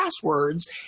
passwords